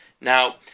Now